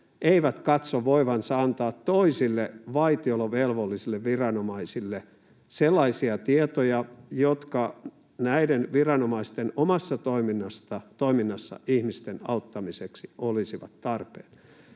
eivät katso voivansa antaa toisille vaitiolovelvollisille viranomaisille sellaisia tietoja, jotka näiden viranomaisten omassa toiminnassa ihmisten auttamiseksi olisivat tarpeen.